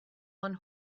one